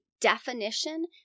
definition